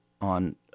on